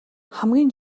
хамгийн